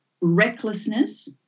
recklessness